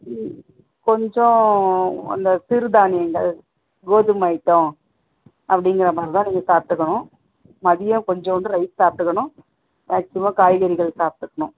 ம் கொஞ்சம் அந்த சிறுதானியங்கள் கோதுமை ஐட்டம் அப்படிங்குற மாதிரி தான் நீங்கள் சாப்பிட்டுக்கணும் மதியம் கொஞ்சோண்டு ரைஸ் சாப்பிட்டுக்கணும் மேக்சிமம் காய்கறிகள் சாப்ட்டுக்கணும்